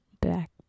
back